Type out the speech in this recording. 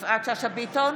יפעת שאשא ביטון,